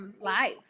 life